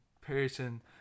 person